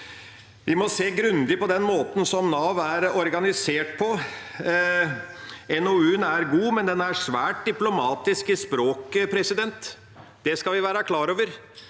Vi må se grundig på den måten Nav er organisert på. NOU-en er god, men den er svært diplomatisk i språket. Det skal vi være klar over.